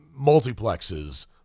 multiplexes